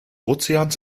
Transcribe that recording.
ozeans